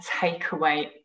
takeaway